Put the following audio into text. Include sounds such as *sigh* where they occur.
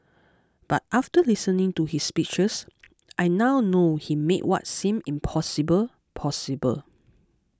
but after listening to his speeches *noise* I now know he made what seemed impossible possible